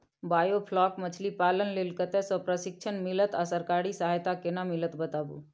Biofloc मछलीपालन लेल कतय स प्रशिक्षण मिलत आ सरकारी सहायता केना मिलत बताबू?